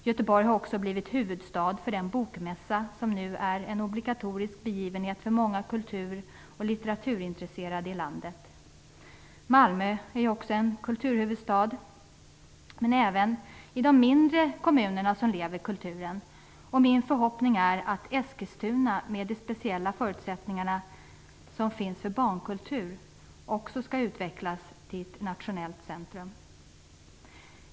Göteborg har också blivit huvudstad för den bokmässa som nu är en obligatorisk begivenhet för många kultur-och litteraturintresserade i landet. Malmö är också en kulturhuvudstad, men även i de mindre kommunerna lever kulturen. Min förhoppning är att Eskilstuna, med de speciella förutsättningar som finns för barnkultur, också skall utvecklas till ett nationellt centrum.